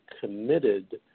committed